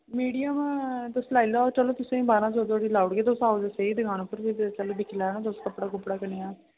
medium तुस लाई लाओ चलो तुसें'ई बारां सौ धोड़ी लाई उड़गे तुस आओ ते सेही दकाना उप्पर फिर चलो दिक्खी लैयो नी तुस कपड़ा कुपड़ा कनेहा ऐ